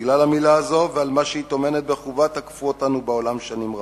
בגלל המלה הזאת ומה שהיא טומנת בחובה תקפו אותנו בעולם שנים רבות.